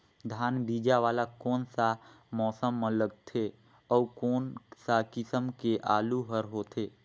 धान बीजा वाला कोन सा मौसम म लगथे अउ कोन सा किसम के आलू हर होथे?